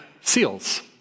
seals